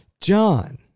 John